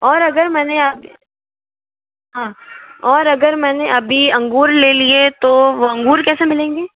और अगर मैंने हाँ और अगर मैंने अभी अंगूर ले लिए तो वो अंगूर कैसे मिलेंगे